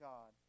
God